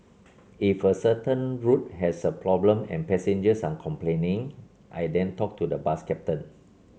if a certain route has a problem and passengers are complaining I then talk to the bus captain